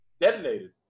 detonated